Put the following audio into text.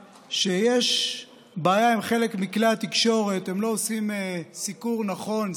שיש בעיה עם חלק מכלי התקשורת: הם לא עושים סיקור נכון,